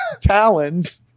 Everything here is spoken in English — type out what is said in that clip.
talons